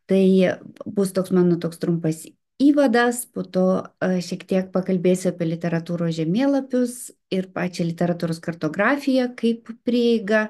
tai bus toks mano toks trumpas įvadas po to aš šiek tiek pakalbėsiu apie literatūros žemėlapius ir pačią literatūros kartografiją kaip prieigą